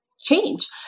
change